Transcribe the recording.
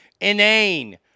Inane